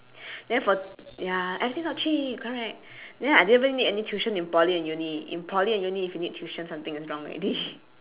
then for the ya everything not cheap correct then I didn't even need any tuition in poly and uni in poly and uni if you need tuition something is wrong already